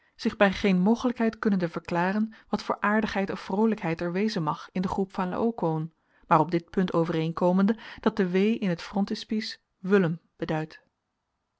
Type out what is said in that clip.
zich bij geen mogelijkheid kunnende verklaren wat voor aardigheid of vroolijkheid er wezen mag in de groep van laokoön maar op dit punt overeenkomende dat de w in het frontispice wullem beduidt